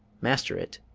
master it,